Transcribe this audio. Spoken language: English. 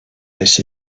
this